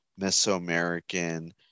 Mesoamerican